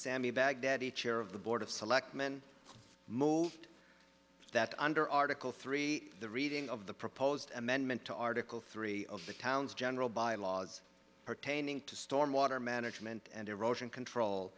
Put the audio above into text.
sami baghdadi chair of the board of selectmen moved that under article three the reading of the proposed amendment to article three of the town's general by laws pertaining to storm water management and erosion control